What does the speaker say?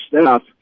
staff